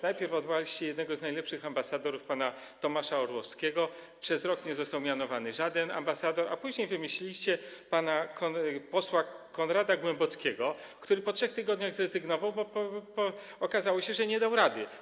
Najpierw odwołaliście jednego z najlepszych ambasadorów, pana Tomasza Orłowskiego, przez rok nie został mianowany żaden ambasador, a później wymyśliliście pana posła Konrada Głębockiego, który po 3 tygodniach zrezygnował, bo okazało się, że nie dał rady.